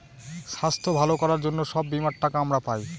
স্বাস্থ্য ভালো করার জন্য সব বীমার টাকা আমরা পায়